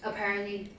apparently